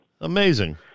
Amazing